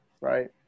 right